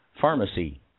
Pharmacy